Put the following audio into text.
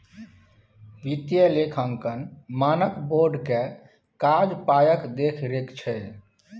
वित्तीय लेखांकन मानक बोर्ड केर काज पायक देखरेख छै